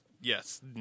Yes